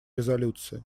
резолюции